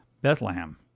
Bethlehem